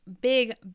big